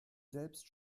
selbst